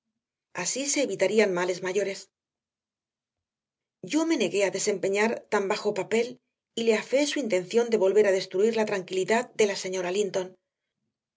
así se evitarían males mayores yo me negué a desempeñar tan bajo papel y le afeé su intención de volver a destruir la tranquilidad de la señora